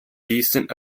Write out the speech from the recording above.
decent